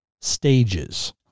stages